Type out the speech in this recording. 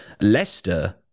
Leicester